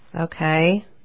Okay